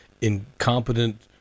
incompetent